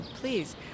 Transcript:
Please